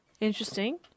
Interesting